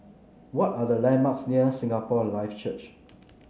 what are the landmarks near Singapore Life Church